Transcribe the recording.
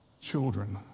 Children